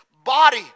body